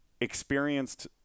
experienced